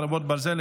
חרבות ברזל),